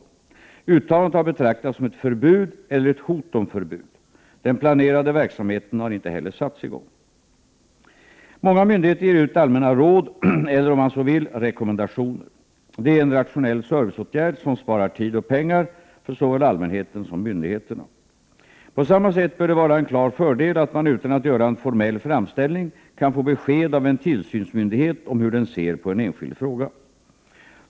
Uttalandet har betraktats som ett förbud eller ett hot om förbud. Den planerade verksamheten har inte heller satts i gång. Många myndigheter ger ut allmänna råd eller, om man så vill, rekommendationer. Detta är en rationell serviceåtgärd, som sparar tid och pengar för såväl allmänheten som myndigheterna. På samma sätt bör det vara en klar fördel att man utan att göra en formell framställning kan få besked av en tillsynsmyndighet om hur den ser på en enskild fråga.